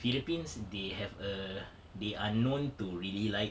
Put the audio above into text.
philippines they have a they are known to really like